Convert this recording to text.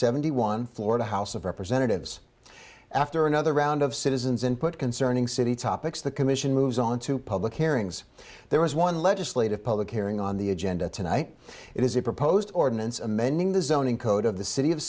seventy one florida house of representatives after another round of citizens input concerning city topics the commission moves on to public hearings there was one legislative public hearing on the agenda tonight it is a proposed ordinance amending the zoning code of the city of